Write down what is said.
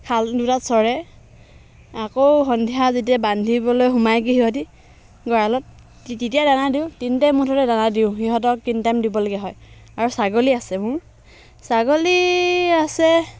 খাল দুটাত চৰে আকৌ সন্ধিয়া যেতিয়া বান্ধিবলৈ সোমাইগৈ সিহঁতি গড়ালত তি তেতিয়া দানা দিওঁ তিনি টাইম মুঠতে দানা দিওঁ সিহঁতক তিনি টাইম দিবলগীয়া হয় আৰু ছাগলী আছে মোৰ ছাগলী আছে